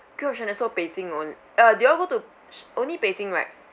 did you all go to sh~ only beijing right